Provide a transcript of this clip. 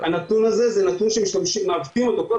הנתון הזה הוא נתון שמעוותים אותו.